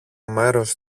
μέρος